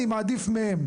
אני מעדיף מהם.